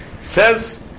Says